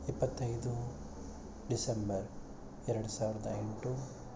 ಇಪ್ಪತ್ತೈದು ಡಿಸೆಂಬರ್ ಎರಡು ಸಾವಿರದ ಎಂಟು